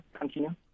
continue